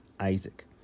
Isaac